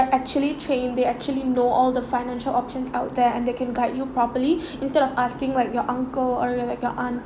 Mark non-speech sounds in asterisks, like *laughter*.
~tually trained they actually know all the financial options out there and they can guide you properly *breath* instead of asking like your uncle or your like your aunt~